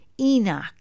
Enoch